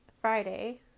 Friday